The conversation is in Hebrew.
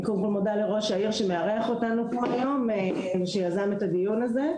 אני מודה לראש העיר שמארח אותנו פה היום ויזם את הדיון הזה.